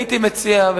הייתי מציע,